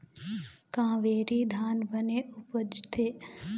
कावेरी धान बने उपजथे?